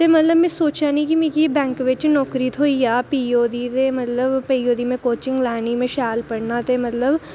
ते मतलब में सोचेआ निं की मिगी एह् बैंक बिच नौकरी थ्होई जाह्ग पीओ दी ते में पीओ दी कोचिंग लैनी शैल पढ़ना ते मतलब